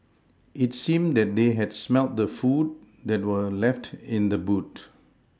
it seemed that they had smelt the food that were left in the boot